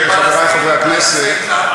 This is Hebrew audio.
חברי חברי הכנסת,